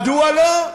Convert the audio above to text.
מדוע לא?